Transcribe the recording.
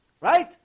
Right